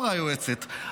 אמרה היועצת,